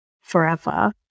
forever